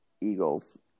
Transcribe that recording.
eagles